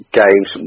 games